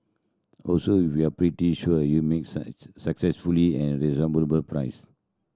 also if you're pretty sure you make successfully and priced